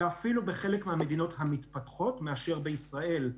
ואפילו בחלק מהמדינות המתפתחות, מאשר בישראל.